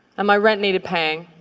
and my rent needed paying.